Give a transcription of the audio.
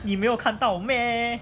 你没有看到 meh